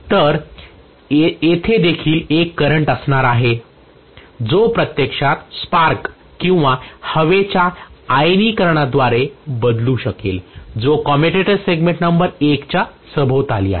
तर येथे देखील एक करंट असणार आहे जो प्रत्यक्षात स्पार्क किंवा हवेच्या आयनीकरणद्वारे बदलू शकेल जो कम्यूटर सेगमेंट नंबर 1 च्या सभोवताली आहे